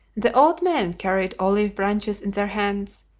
the old men carried olive branches in their hands,